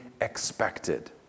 expected